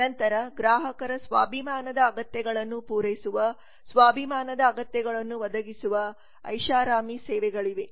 ನಂತರ ಗ್ರಾಹಕರ ಸ್ವಾಭಿಮಾನದ ಅಗತ್ಯಗಳನ್ನು ಪೂರೈಸುವ ಸ್ವಾಭಿಮಾನದ ಅಗತ್ಯಗಳನ್ನು ಒದಗಿಸುವ ಐಷಾರಾಮಿ ಸೇವೆಗಳಿವೆ